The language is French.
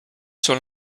sur